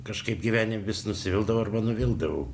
kažkaip gyvenime vis nusivildavau arba nuvildavau